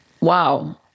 wow